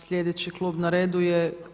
Sljedeći klub na redu je.